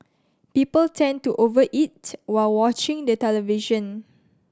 people tend to over eat while watching the television